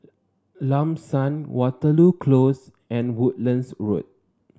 Lam San Waterloo Close and Woodlands Road